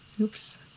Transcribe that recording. Oops